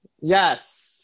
yes